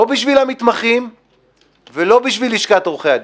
לא בשביל המתמחים ולא בשביל לשכת עורכי הדין,